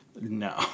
No